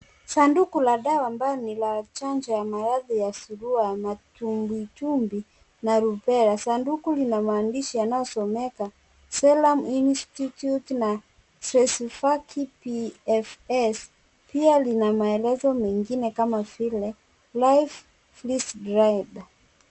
Sanduku la dawa ambayo ni ya chanjo ya dawa ya surua, matumbwitumbwi na rubela. Sanduku lina maandishi yanayosomeka seloum institute na stressyfukyp s f pia lina maelezo mengine kama vile life frisked lord.